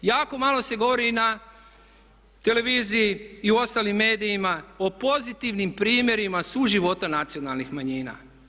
Jako malo se govori na televiziji i u ostalim medijima o pozitivnim primjerima suživota nacionalnih manjina.